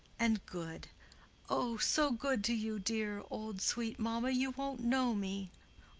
and good oh, so good to you, dear, old, sweet mamma, you won't know me.